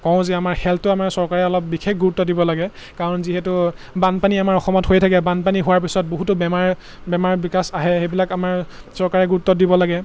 কওঁ যে আমাৰ হেল্থটো আমাৰ চৰকাৰে অলপ বিশেষ গুৰুত্ব দিব লাগে কাৰণ যিহেতু বানপানী আমাৰ অসমত হৈ থাকে বানপানী হোৱাৰ পিছত বহুতো বেমাৰ বেমাৰ বিকাশ আহে সেইবিলাক আমাৰ চৰকাৰে গুৰুত্বত দিব লাগে